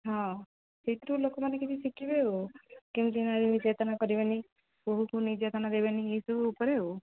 ହଁ ସେଇଥିରୁ ଲୋକମାନେ କିଛି ଶିଖିବେ ଆଉ କେମିତି ନାରୀ ନିର୍ଯାତନା କରିବେନି ବହୁକୁ ନିର୍ଯାତନା ଦେବେନି ଏଇସବୁ ଉପରେ ଆଉ